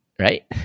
right